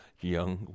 young